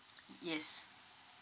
yes